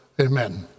Amen